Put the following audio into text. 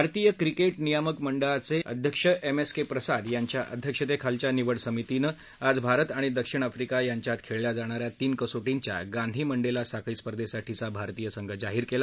भारतीय क्रिकेट नियामक मंडळाचे अध्यक्ष एम एस के प्रसाद यांच्या अध्यक्षतेखालच्या निवड समितीनं आज भारत आणि दक्षिण आफ्रिका यांच्यात खेळल्या जाणा या तीन कसोटींच्या गांधी मंडेला साखळी स्पर्धेसाठीचा भारतीय संघ आज जाहीर केला